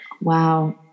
wow